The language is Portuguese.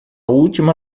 última